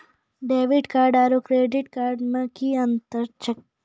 Debit card आरू credit card मे कि अन्तर छैक?